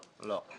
לא.